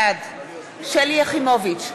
בעד שלי יחימוביץ,